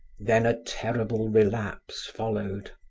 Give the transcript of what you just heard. then a terrible relapse followed.